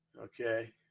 Okay